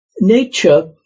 nature